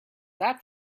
that